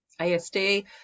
ASD